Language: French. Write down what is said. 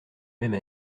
même